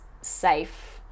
safe